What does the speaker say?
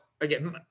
again